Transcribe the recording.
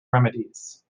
remedies